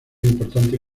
importante